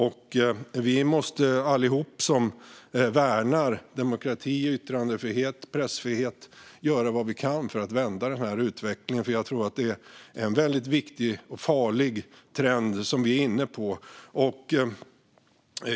Vi måste alla som värnar om demokrati, yttrandefrihet och pressfrihet göra vad vi kan för att vända den här utvecklingen, för jag tror att det är en väldigt farlig trend som vi är inne i.